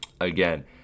again